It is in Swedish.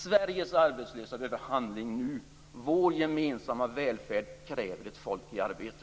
Sveriges arbetslösa behöver handling nu. Vår gemensamma välfärd kräver ett folk i arbete.